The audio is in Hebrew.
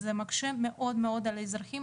זה מקשה מאוד מאוד על האזרחים,